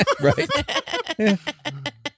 Right